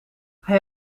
hij